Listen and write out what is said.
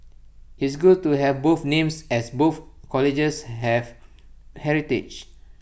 it's good to have both names as both colleges have heritage